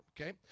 okay